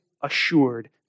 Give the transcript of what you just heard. assured